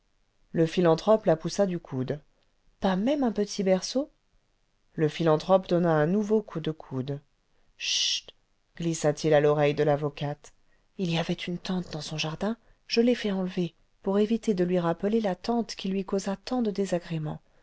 le philanthrope la poussa du coude ce pas même un petit berceau le philanthrope donna un nouveau coup de coude ce chut glissa t il à l'oreille cle l'avocate il y avait une tente dans son jardin je l'ai fait enlever pour éviter de lui rappeler la tante qui lui causa tant de désagréments